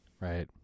Right